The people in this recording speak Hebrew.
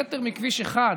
מטר מכביש 1,